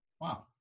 Wow